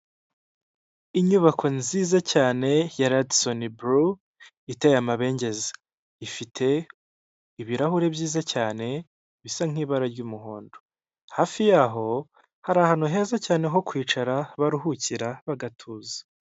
Inyubako nziza cyane ya ladisoni bulu iteye amabengeza, ifite ibirahuri byiza cyane bisa nkibara ry'umuhondo, hafi yaho hari ahantu heza cyane ho kwicara baruhukira bagatuza.